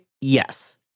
yes